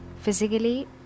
physically